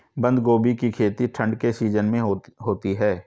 बंद गोभी की खेती ठंड के सीजन में होती है